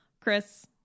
Chris